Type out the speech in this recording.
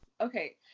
Okay